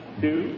two